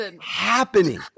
happening